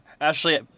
Ashley